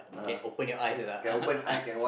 can open your eyes (uh huh)